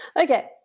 Okay